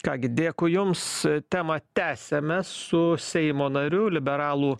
ką gi dėkui jums temą tęsiame su seimo nariu liberalų